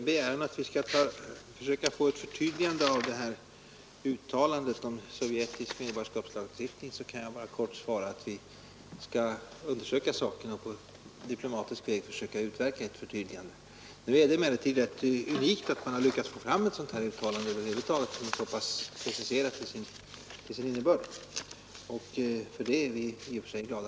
Herr talman! När det gäller herr Söderströms begäran att vi skall fö lagstiftning kan jag bara kort svara att vi skall undersöka saken och på diplomatisk väg försöka utverka ett förtydligande. Nu är det emellertid söka få ett förtydligande av uttalandet om sovjetisk medborgarskaps rätt unikt att man över huvud taget lyckats få fram ett uttalande som är så pass preciserat som detta till sin innebörd, och vi är i och för sig glada